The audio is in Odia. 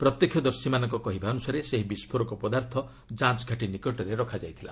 ପ୍ରତ୍ୟକ୍ଷଦର୍ଶୀମାନଙ୍କ କହିବା ଅନୁସାରେ ସେହି ବିସ୍କୋରକ ପଦାର୍ଥ ଯାଞ୍ଚ୍ ଘାଟି ନିକଟରେ ରଖାଯାଇଥିଲା